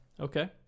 Okay